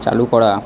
চালু করা